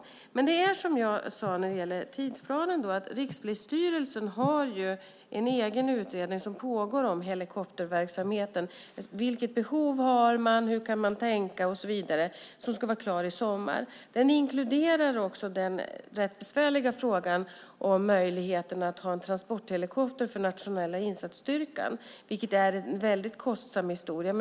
Rikspolisstyrelsen har, som jag sagt när det gäller tidsplanen, en egen pågående utredning om helikopterverksamheten - om vilka behov som finns, om hur man kan tänka och så vidare. Den utredningen ska vara klar i sommar. Den inkluderar också den rätt besvärliga frågan om möjligheten att ha en transporthelikopter för den nationella insatsstyrkan - en väldigt kostsam historia.